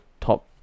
top